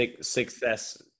success